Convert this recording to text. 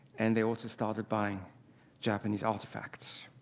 and they also started buying japanese artifacts.